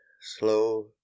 slow